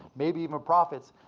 maybe even profits,